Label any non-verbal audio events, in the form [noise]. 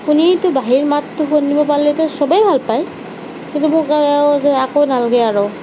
শুনিতো বাঁহীৰ মাততো শুনিব পালেতো সবেই ভাল পায় [unintelligible] একো নালাগে আৰু